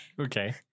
Okay